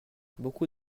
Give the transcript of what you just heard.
beaucoup